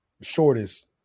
Shortest